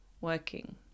working